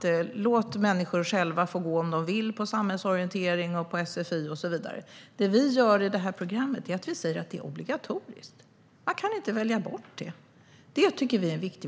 ska låta människor själva få avgöra om de vill delta i samhällsorientering, i sfi och så vidare. Det vi gör i det här programmet är att vi säger att det är obligatoriskt. Man kan inte välja bort det. Det tycker vi är viktigt.